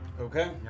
Okay